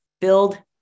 build